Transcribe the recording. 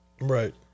Right